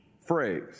phrase